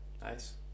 Nice